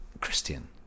Christian